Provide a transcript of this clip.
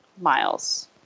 miles